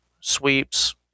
sweeps